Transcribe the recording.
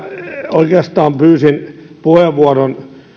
oikeastaan pyysin puheenvuoron